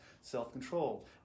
self-control